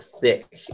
thick